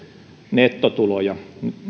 nettotuloja